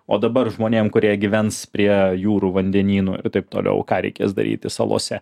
o dabar žmonėm kurie gyvens prie jūrų vandenynų ir taip toliau ką reikės daryti salose